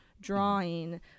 drawing